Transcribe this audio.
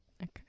Okay